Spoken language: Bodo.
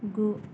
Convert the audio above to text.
गु